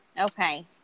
Okay